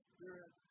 Spirit